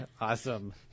Awesome